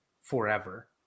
forever